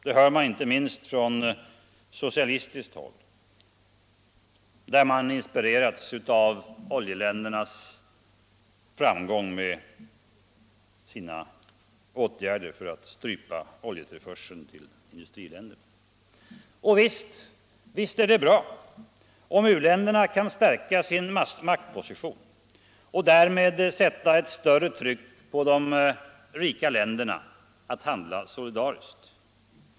Det anförs inte minst från socialistiskt håll, där man inspirerats av oljeländernas framgång med deras oljeblockad mot industriländerna. Och visst är det bra om u-länderna kan stärka sin maktposition och därmed sätta ett större tryck på de rika länderna att handla solidariskt.